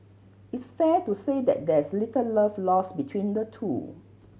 it's fair to say that there's little love lost between the two